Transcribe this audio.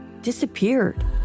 disappeared